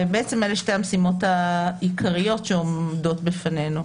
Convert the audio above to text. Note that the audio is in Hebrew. אלה שתי המשימות העיקריות שעומדות בפנינו.